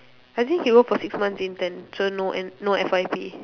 I think he work for six months intern so no N no F_Y_P